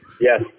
Yes